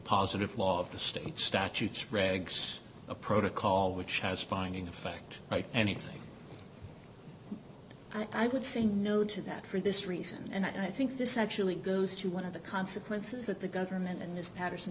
positive law of the state statutes regs a protocol which has finding of fact anything i would say no to that for this reason and i think this actually goes to one of the consequences that the government and this paterson